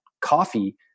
coffee